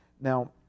Now